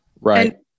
Right